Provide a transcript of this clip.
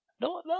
No